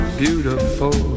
beautiful